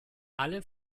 alle